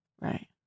right